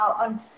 on